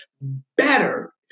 better